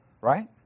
Right